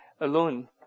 alone